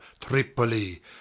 tripoli